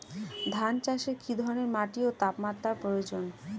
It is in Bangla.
ধান চাষে কী ধরনের মাটি ও তাপমাত্রার প্রয়োজন?